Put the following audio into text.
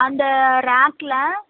அந்த ராக்கில்